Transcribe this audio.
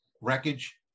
wreckage